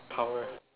power right